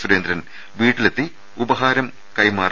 സുരേന്ദ്രൻ വീട്ടിലെത്തി ഉപഹാരം കൈമാറി